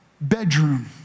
bedroom